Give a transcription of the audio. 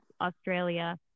Australia